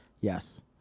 Yes